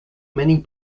many